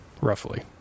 roughly